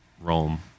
Rome